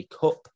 Cup